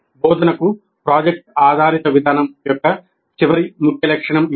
బోధనకు ప్రాజెక్ట్ ఆధారిత విధానం యొక్క చివరి ముఖ్య లక్షణం ఇది